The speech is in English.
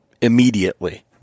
immediately